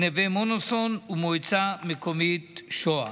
נווה מונוסון ומועצה מקומית שוהם.